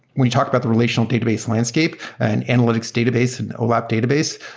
when you talk about the relational database landscape and analytics database and olap database,